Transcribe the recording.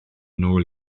nôl